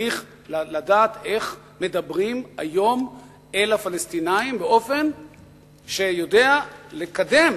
צריך לדעת איך מדברים היום אל הפלסטינים באופן שיודע לקדם